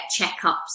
checkups